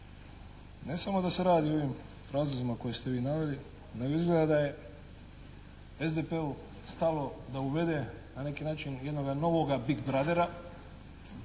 Ne samo da se radi o ovim razlozima koje ste vi naveli nego izgleda da je SDP-u stalo da uvede na neki način jednoga novoga big brothera